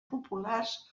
populars